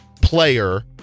player